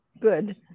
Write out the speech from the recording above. Good